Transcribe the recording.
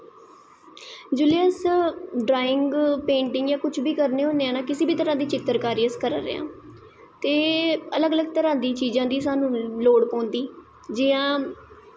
जिसलै अस drawing painting जां कुछ बी करनें होन्ने आं ना किसे बी तरां दी चित्तरकारी अस करा ने आं ते अलग अलग तरां दी चीजां दी स्हानू लोड़ पौंदी जियां